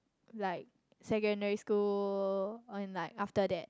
like secondary school or in like after that